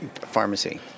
pharmacy